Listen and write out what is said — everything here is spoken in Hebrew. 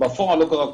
בפועל לא קרה כלום.